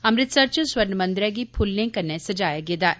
अमृतसर च स्वर्णे मंदरै गी फुल्ले कन्नै सजाया गेदा ऐ